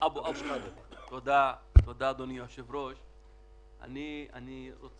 אני לא יכול